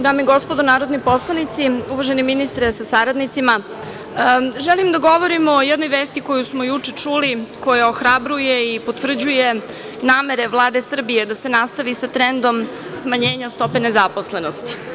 Dame i gospodo narodni poslanici, uvaženi ministre sa saradnicima, želim da govorim o jednoj vesti koju smo juče čuli, koja ohrabruje i potvrđuje namere Vlade Srbije da se nastavi sa trendom smanjenja stope nezaposlenosti.